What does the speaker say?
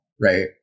Right